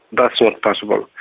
that's not possible.